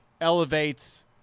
elevates